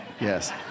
Yes